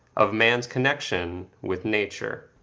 of man's connection with nature.